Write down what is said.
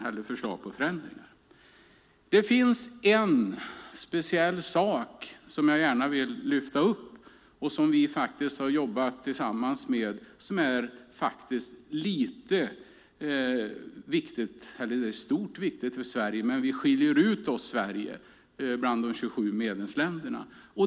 Jag vill lyfta upp en speciell och viktig sak som vi har jobbat tillsammans med och där Sverige skiljer ut sig från övriga 27 medlemsländer.